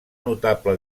notable